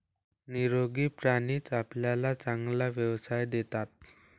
निरोगी प्राणीच आपल्याला चांगला व्यवसाय देतात